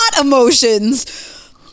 emotions